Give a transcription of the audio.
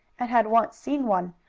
and had once seen one,